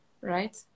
right